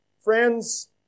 Friends